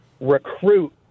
recruit